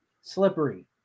slippery